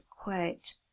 quote